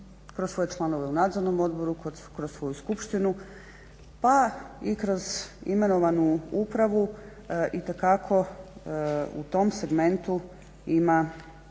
kroz svoje članove u nadzornom odboru, kroz svoju skupštinu pa i kroz imenovanu upravu itekako u tom segmentu ima